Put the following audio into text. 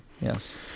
yes